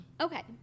okay